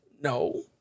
No